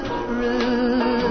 truth